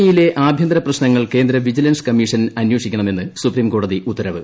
I യിലെ ആഭ്യന്തര പ്രശ്നങ്ങൾ കേന്ദ്ര വിജിലൻസ് കമ്മീഷൻ അന്വേഷിക്കണമെന്ന് സുപ്രീംകോടതി ഉത്തരവ്